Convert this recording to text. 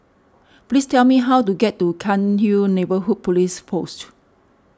please tell me how to get to Cairnhill Neighbourhood Police Post